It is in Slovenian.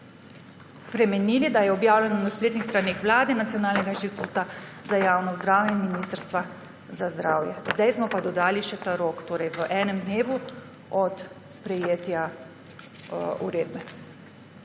spremenili, da je objavljen na spletnih straneh Vlade, Nacionalnega inštituta za javno zdravje in Ministrstva za zdravje. Zdaj smo pa dodali še ta rok, torej v enem dnevu od sprejetja uredbe.